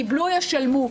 קיבלו ישלמו.